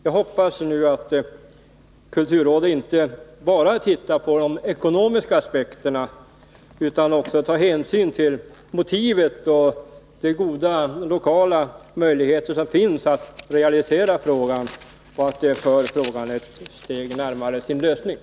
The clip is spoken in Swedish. Jag hoppas nu att kulturrådet inte bara ser till de ekonomiska aspekterna utan också tar hänsyn till motivet och de goda lokala möjligheter som finns Nr 17 att realisera frågan, så att den kan föras närmare sin lösning.